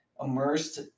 immersed